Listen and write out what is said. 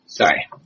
Sorry